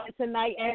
tonight